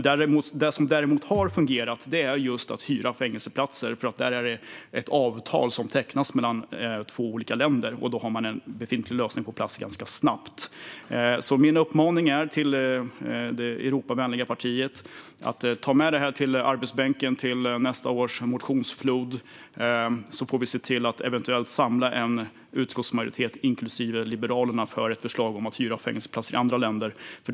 Det som däremot har fungerat är just att hyra fängelseplatser. Då tecknas ett avtal mellan två olika länder, och man får en befintlig lösning på plats ganska snabbt. Min uppmaning till det Europavänliga partiet är att ta med detta till arbetsbänken och till nästa riksdagsårs motionsflod. Vi får se till att samla en utskottsmajoritet, inklusive Liberalerna, för ett förslag om att hyra fängelseplatser i andra länder.